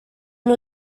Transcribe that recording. nhw